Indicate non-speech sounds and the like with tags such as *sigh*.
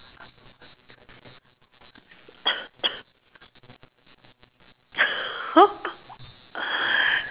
*coughs* *laughs*